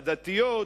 הדתיות,